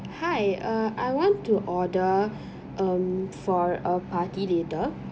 hi uh I want to order um for a party later